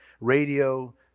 radio